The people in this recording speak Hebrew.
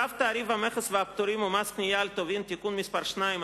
צו תעריף המכס והפטורים ומס קנייה על טובין (תיקון מס' 2),